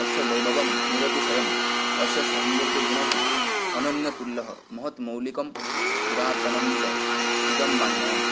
अस्य वैभवं निरतिशयम् अस्य सौन्दर्यगुणः अनन्यतुल्यः महत्मौलिकं पुरातनं च इदं वाङ्गमयं